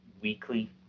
weekly